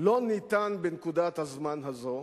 לא ניתן בנקודת הזמן הזו,